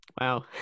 Wow